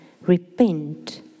repent